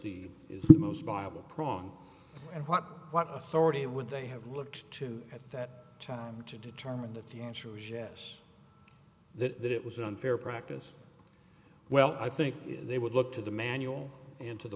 the most viable prong and what what authority would they have looked to at that time to determine that the answer was yes that it was unfair practice well i think they would look to the manual and to the